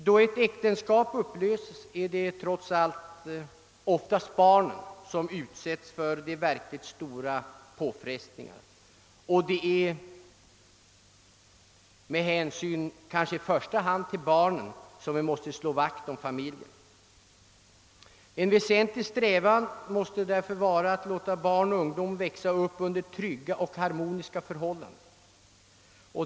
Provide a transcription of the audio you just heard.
Då ett äktenskap upplöses är det trots allt oftast barnen som utsättes för de verkligt stora påfrestningarna, och det är kanske i första hand av hänsyn till barnen som vi måste slå vakt om familjen. En väsentlig strävan bör därför vara att låta barn och ungdomar växa upp under trygga och harmoniska förhållanden.